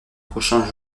prochain